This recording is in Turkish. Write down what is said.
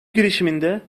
girişiminde